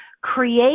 create